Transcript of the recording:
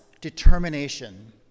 determination